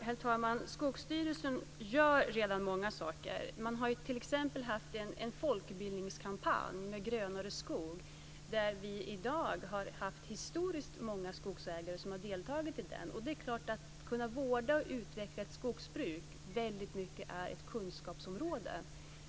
Herr talman! Skogsstyrelsen gör redan många saker. Man har t.ex. haft en folkbildningskampanj om en grönare skog där vi i dag har haft historiskt många skogsägare som har deltagit. Det är klart att detta att kunna vårda och utveckla ett skogsbruk väldigt mycket är ett kunskapsområde.